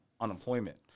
unemployment